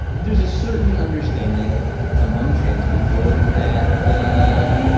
there's a certain understanding among trans people that ah